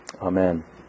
Amen